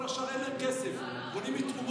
כל השאר, אין להם כסף, בונים מתרומות.